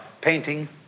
painting